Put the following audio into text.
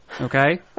Okay